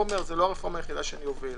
זו לא הרפורמה היחידה שאוביל.